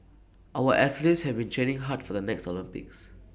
our athletes have been training hard for the next Olympics